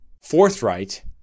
forthright